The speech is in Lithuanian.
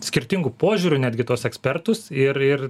skirtingų požiūrių netgi tuos ekspertus ir ir